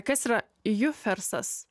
kas yra jufersas